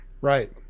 Right